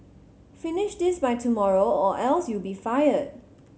finish this by tomorrow or else you'll be fired